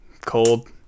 Cold